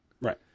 Right